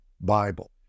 Bible